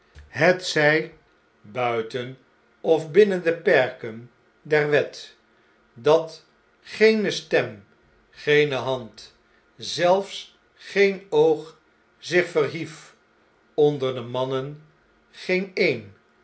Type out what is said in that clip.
netzjj buiten of binnen de perken der wet dat geene stem geene hand zelfs geen oog zich verhief onder de mannen geen een